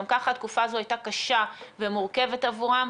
גם ככה התקופה הזו הייתה קשה ומורכבת עבורם,